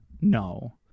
No